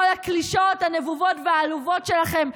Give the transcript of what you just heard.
וכל הקלישאות הנבובות והעלובות שלכם,